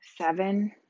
seven